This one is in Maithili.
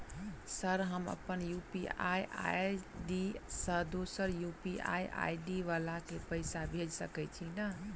सर हम अप्पन यु.पी.आई आई.डी सँ दोसर यु.पी.आई आई.डी वला केँ पैसा भेजि सकै छी नै?